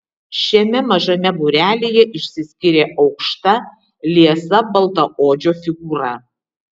šiame mažame būrelyje išsiskyrė aukšta liesa baltaodžio figūra